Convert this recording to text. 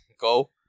Go